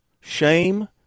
shame